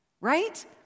Right